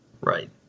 right